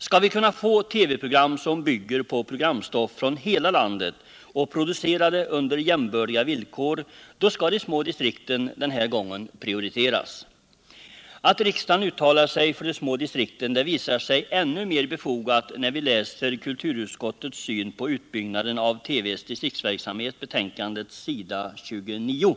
Skall vi kunna få TV-program som bygger på programstoff från hela landet och producerade under jämbördiga villkor, skall de små distrikten denna gång prioriteras. å Att riksdagen uttalar sig för de små distrikten visar sig ännu mer befogat när vi läser kulturutskottets syn på utbyggnaden av TV:s distriktsverksamhet,s. 29 i betänkandet.